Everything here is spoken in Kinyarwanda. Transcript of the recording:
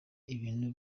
ibintu